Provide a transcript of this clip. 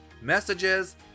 messages